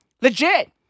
Legit